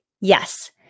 Yes